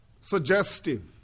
suggestive